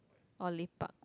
or lepak